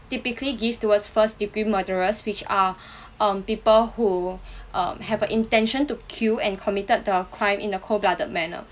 typically give towards first degree murderers which are um people who um have a intention to kill and committed the crime in a cold blooded manner